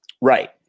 right